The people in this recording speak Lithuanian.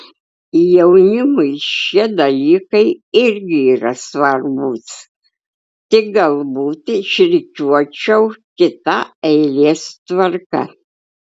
jaunimui šie dalykai irgi yra svarbūs tik galbūt išrikiuočiau kita eilės tvarka